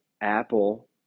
apple